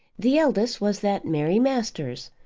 the eldest was that mary masters,